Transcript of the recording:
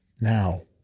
now